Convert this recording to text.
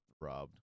robbed